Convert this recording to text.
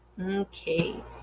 Okay